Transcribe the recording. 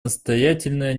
настоятельная